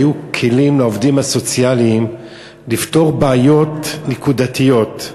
היו כלים לעובדים הסוציאליים לפתור בעיות נקודתיות,